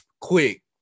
quick